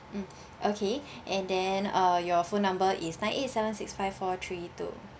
mm okay and then uh your phone number is nine eight seven six five four three two